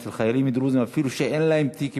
אצל חיילים דרוזים שאפילו אין להם תיק פלילי,